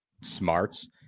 smarts